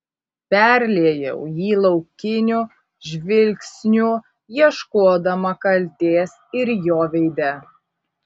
perliejau jį laukiniu žvilgsniu ieškodama kaltės ir jo veide